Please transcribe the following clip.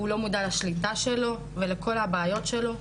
הוא לא מודע לשליטה שלו ולכל הבעיות שלו,